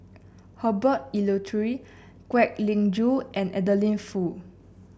Herbert Eleuterio Kwek Leng Joo and Adeline Foo